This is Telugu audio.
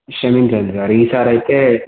క్షమించండి సార్ ఈసారియితే